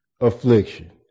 affliction